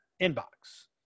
inbox